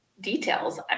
details